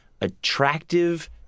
attractive